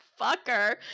fucker